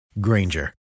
Granger